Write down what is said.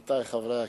עמיתי חברי הכנסת,